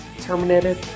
Terminated